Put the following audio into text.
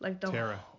Tara